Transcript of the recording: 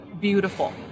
beautiful